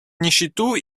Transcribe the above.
нищету